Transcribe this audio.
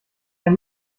ein